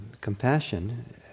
compassion